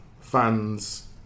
fans